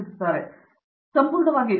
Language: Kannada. ದೀಪಾ ವೆಂಕಟೇಶ್ ಸಂಪೂರ್ಣವಾಗಿ ಸಂಪೂರ್ಣವಾಗಿ